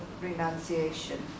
renunciation